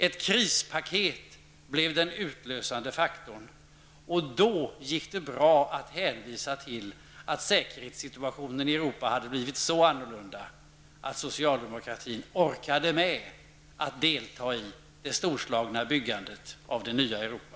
Ett krispaket blev den utlösande faktorn. Och då gick det bra att hänvisa till att säkerhetssituationen i Europa hade blivit så annorlunda att socialdemokratin orkade med att delta i det storslagna byggandet av det nya Europa.